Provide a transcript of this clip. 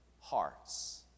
hearts